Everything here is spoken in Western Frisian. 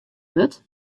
wurdt